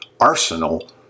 arsenal